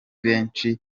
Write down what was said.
benshi